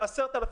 10,000,